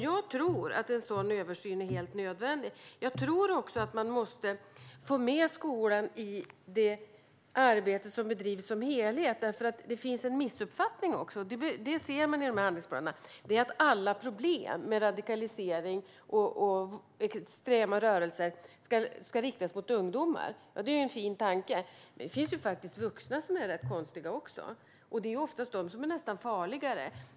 Jag tror att en översyn är helt nödvändig. Jag tror också att man måste få med skolan som helhet i det arbete som bedrivs. Det finns en missuppfattning som man ser i handlingsplanerna, nämligen att alla problem med radikalisering och extrema rörelser handlar om ungdomar. Det finns faktiskt vuxna som är rätt konstiga också, och de är ofta farligare.